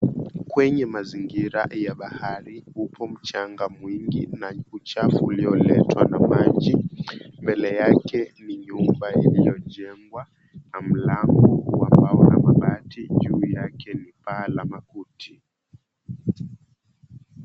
Kwenye mazingira ya bahari upo mchanga mwingi na uchafu ulioletwa na maji mbele yake ni jumba lililojengwa na mlango wa bao na mabati juu yake ni paa la makuti.